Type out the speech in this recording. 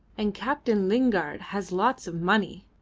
and captain lingard has lots of money,